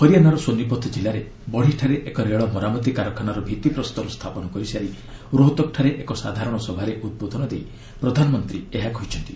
ହରିୟାନାର ସୋନିପଥ କିଲ୍ଲାରେ ବଢ଼ିଠାରେ ଏକ ରେଳ ମରାମତି କାରଖାନାର ଭିତ୍ତିପ୍ରସ୍ତର ସ୍ଥାପନ କରିସାରି ରୋହତକ୍ ଠାରେ ଏକ ସାଧାରଣ ସଭାରେ ଉଦ୍ବୋଧନ ଦେଇ ପ୍ରଧାନମନ୍ତ୍ରୀ ଏହା କହିଛନ୍ତି